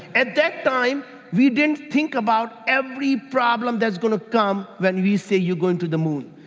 at that time we didn't think about every problem that's gonna come when we say, you're going to the moon.